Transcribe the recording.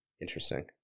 interesting